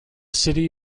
city